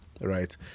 right